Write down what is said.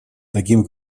таким